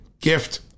gift